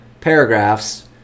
paragraphs